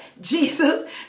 Jesus